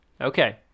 Okay